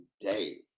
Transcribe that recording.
today